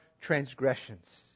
transgressions